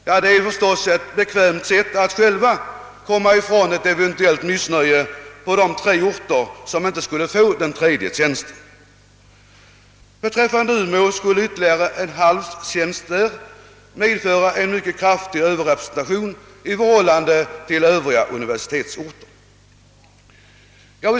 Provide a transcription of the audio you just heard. Men det är förstås ett bekvämt sätt att själva komma ifrån ett eventuellt missnöje på de tre orter som inte skulle få den tredje tjänsten. Ytterligare en halv tjänst i Umeå skulle medföra en mycket kraftig överrepresentation i förhållande till övriga universitetsorter.